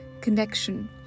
connection